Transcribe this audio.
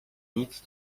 nic